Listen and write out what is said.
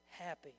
happy